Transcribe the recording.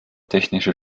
technische